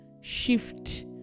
shift